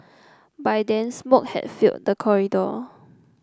by then smoke had filled the corridor